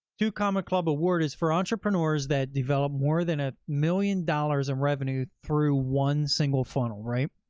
two comma club award is for entrepreneurs that develop more than a million dollars in revenue through one single funnel. right?